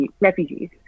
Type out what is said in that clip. refugees